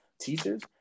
teachers